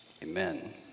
Amen